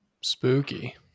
spooky